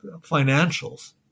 financials